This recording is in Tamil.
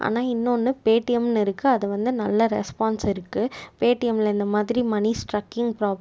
ஆனால் இன்னொன்று பேடிஎம் இருக்குது அது வந்து நல்ல ரெஸ்பான்ஸ் இருக்குது பேடிஎம்மில் இந்த மாதிரி மனி ஸ்ட்ரக்கிங் ப்ரா